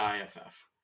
IFF